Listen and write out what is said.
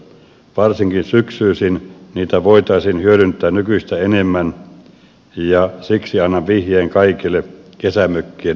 varsinkin syksyisin niitä voitaisiin hyödyntää nykyistä enemmän ja siksi annan vihjeen kaikille kesämökkien omistajille